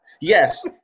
yes